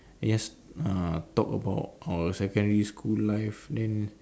just uh talk about our secondary school life then